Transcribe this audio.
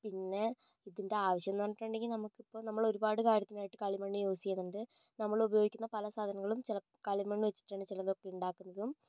പിന്നെ ഇതിൻ്റെ ആവശ്യംന്ന് പറഞ്ഞിട്ടുണ്ടെങ്കിൽ നമുക്കിപ്പോൾ നമ്മള് ഒരുപാട് കാര്യത്തിനായിട്ട് കളി മണ്ണ് യൂസ് ചെയ്യുന്നൊണ്ട് നമ്മളുപയോഗിക്കുന്ന പല സാധനങ്ങളും ചിലപ്പോൾ കളിമണ്ണ് വച്ചിട്ടാണ് ചിലതൊക്കെ ഉണ്ടാക്കുന്നതും